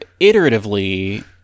iteratively